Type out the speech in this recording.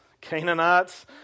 Canaanites